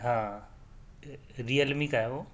ہاں ریئلمی کا ہے وہ